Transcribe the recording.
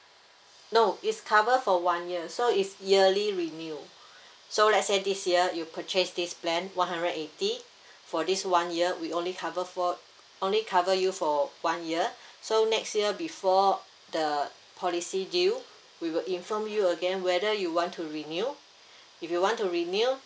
no it's cover for one year so it's yearly renew so let's say this year you purchased this plan one hundred and eighty for this one year we only cover for only cover you for one year so next year before the policy due we will inform you again whether you want to renew if you want to renew